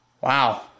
Wow